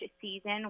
season